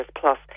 plus